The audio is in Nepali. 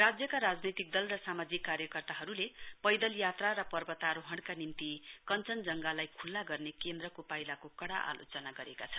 राज्यका राजनैतिक दल र सामाजिक कार्यकर्ताहरूले पैदलयात्रा र पर्वतारोहणका निम्ति कञ्चनजङ्गालाई खुल्ला गर्ने केन्द्रको पाइलाको कडा आलोचना गरेका छन्